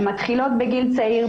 הן מתחילות בגיל צעיר,